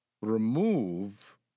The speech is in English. remove